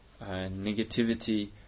negativity